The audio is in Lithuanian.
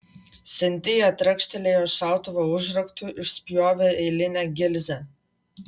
sintija trakštelėjo šautuvo užraktu išspjovė eilinę gilzę